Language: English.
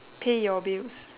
pay your bills